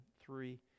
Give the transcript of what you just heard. Three